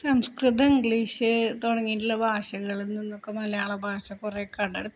സംസ്കൃതം English തുടങ്ങിയിട്ടുള്ള ഭാഷകളിൽ നിന്നൊക്കെ മലയാള ഭാഷ കുറേ കടമെടുത്തിട്ടുണ്ട്